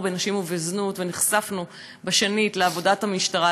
בנשים ובזנות ונחשפנו בשנית לעבודת המשטרה,